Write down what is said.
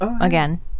again